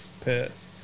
Perth